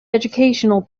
educational